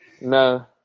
No